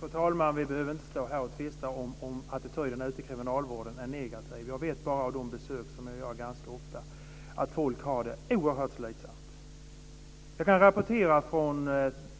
Fru talman! Vi behöver inte tvista här om ifall attityden till kriminalvården är negativ. Jag gör ganska ofta besök där och vet att folk har det oerhört slitsamt. Jag kan från